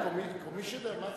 הוא commissioner?